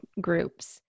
groups